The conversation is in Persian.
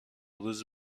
روز